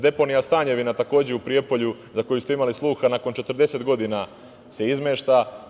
Deponija Stanjevina, takođe u Prijepolju za koju ste imali sluha nakon 40 godina se izmešta.